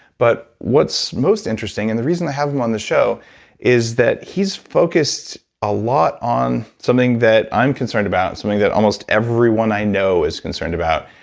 but what's most interesting and the reason i have him on the show is that he's focused a lot on something that i'm concerned about, something that almost everyone i know is concerned about,